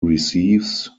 receives